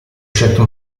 scelto